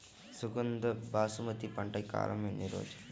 సుగంధ బాసుమతి పంట కాలం ఎన్ని రోజులు?